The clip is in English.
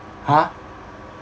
!huh!